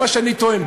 זה מה שאני טוען.